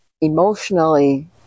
emotionally